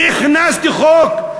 שהכנסת חוק?